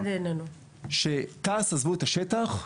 כשתעש עזבו את השטח,